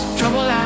trouble